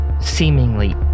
seemingly